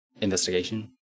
Investigation